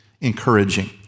encouraging